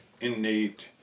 innate